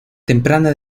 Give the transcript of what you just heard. temprana